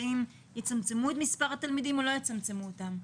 האם יצמצמו את מספר התלמידים או לא יצמצמו אותם?